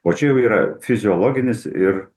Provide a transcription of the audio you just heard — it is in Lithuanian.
o čia jau yra fiziologinis ir